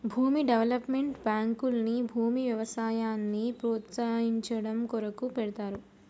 భూమి డెవలప్మెంట్ బాంకుల్ని భూమి వ్యవసాయాన్ని ప్రోస్తయించడం కొరకు పెడ్తారు